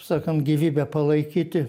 taip sakant gyvybę palaikyti